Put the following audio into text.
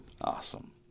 Awesome